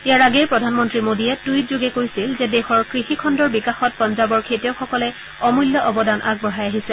ইয়াৰ আগেয়ে প্ৰধানমন্ত্ৰী মোদীয়ে টুইটযোগে কৈছিল যে দেশৰ কৃষিখণ্ডৰ বিকাশত পঞ্জাৱৰ খেতিয়কসকলে অমূল্য অৱদান আগবঢ়াই আহিছে